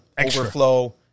overflow